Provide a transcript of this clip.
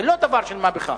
זה לא דבר של מה בכך.